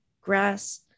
grass